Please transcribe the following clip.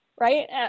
right